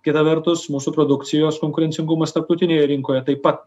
kita vertus mūsų produkcijos konkurencingumas tarptautinėje rinkoje taip pat